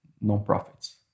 non-profits